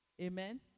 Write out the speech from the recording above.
amen